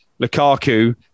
Lukaku